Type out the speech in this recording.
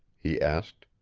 he asked.